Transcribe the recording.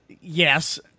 Yes